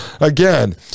again